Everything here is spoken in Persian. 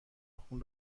خون